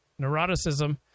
neuroticism